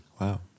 Wow